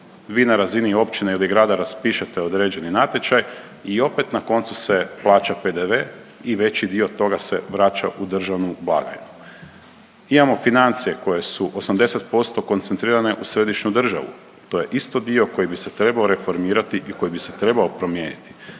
vi na razini općine ili grada raspišete određeni natječaj i opet na koncu se plaća PDV i veći dio toga se vraća u državnu blagajnu. Imamo financije koje su 80% koncentrirane u središnju državu, to je isto dio koji bi se trebao reformirati i koji bi se trebao promijeniti.